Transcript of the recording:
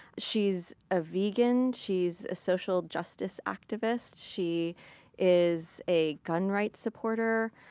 she's a vegan, she's a social justice activist. she is a gun rights supporter.